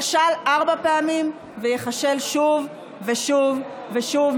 הוא כשל ארבע פעמים וייכשל שוב ושוב ושוב,